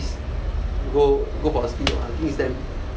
go go for a spin lah I think it's damn